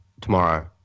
tomorrow